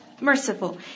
Merciful